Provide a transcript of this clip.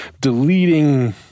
deleting